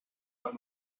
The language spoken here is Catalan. per